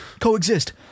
coexist